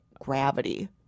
gravity